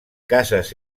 cases